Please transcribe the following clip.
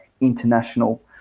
international